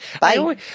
Bye